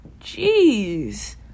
Jeez